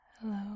Hello